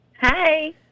Hi